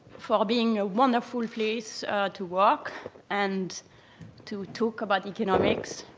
for being a wonderful place to work and to talk about economics.